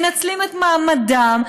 מנצלים את מעמדם,